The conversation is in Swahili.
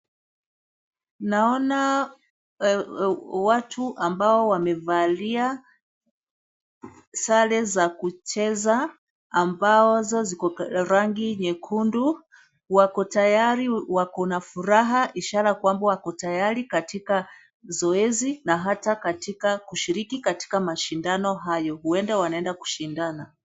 Naona watu ambao wamevalia sare za kucheza, ambazo ziko rangi nyekundu. Wako tayari, wako na furaha, ishara kwamba wako tayari katika zoezi na hata katika kushiriki katika mashindano hayo. Huwenda wanaenda kushindana.